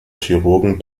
chirurgen